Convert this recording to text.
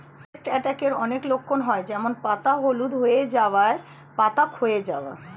paste অ্যাটাকের অনেক লক্ষণ হয় যেমন পাতা হলুদ হয়ে যাওয়া, পাতা ক্ষয় যাওয়া